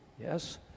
Yes